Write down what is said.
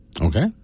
okay